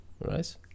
Right